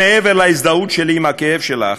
שמעבר להזדהות שלי עם הכאב שלך,